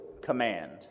command